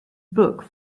book